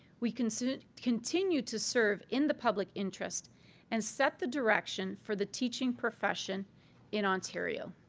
we continue continue to serve in the public interest and set the direction for the teaching profession in ontario.